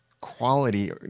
quality